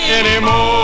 anymore